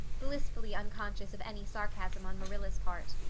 blissfully unconscious of any sarcasm on marilla's part.